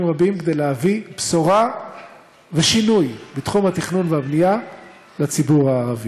רבים כדי להביא בשורה ושינוי בתחום התכנון והבנייה לציבור הערבי.